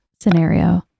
scenario